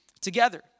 together